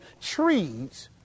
trees